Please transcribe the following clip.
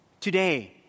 today